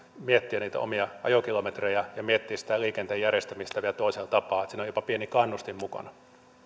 miettiä niitä omia ajokilometrejä ja miettiä sitä liikenteen järjestämistä vielä toisella tapaa niin että siinä on jopa pieni kannustin mukana